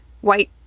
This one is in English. white